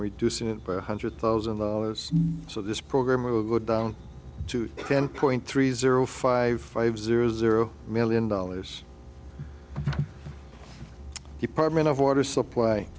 reducing it by one hundred thousand dollars so this program will go down to ten point three zero five five zero zero million dollars department of water supply